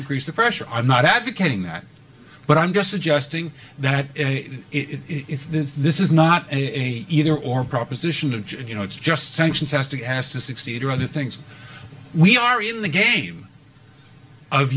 decrease the pressure i'm not advocating that but i'm just suggesting that it's this is not a either or proposition and you know it's just sanctions has to be asked to succeed or other things we are in the game of